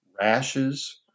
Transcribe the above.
rashes